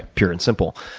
pure and simple.